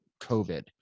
COVID